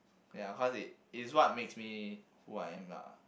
ya cause it's it's what made me who I am lah